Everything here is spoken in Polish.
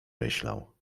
myślał